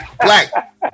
black